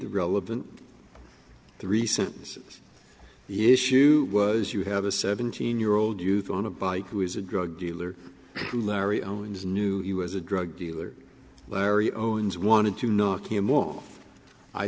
the relevant three sentences the issue was you have a seventeen year old youth on a bike who is a drug dealer who larry owens knew he was a drug dealer larry owens wanted to knock him off i